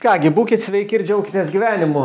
ką gi būkit sveiki ir džiaukitės gyvenimu